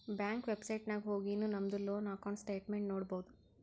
bank website ನಾಗ್ ಹೊಗಿನು ನಮ್ದು ಲೋನ್ ಅಕೌಂಟ್ ಸ್ಟೇಟ್ಮೆಂಟ್ ನೋಡ್ಬೋದು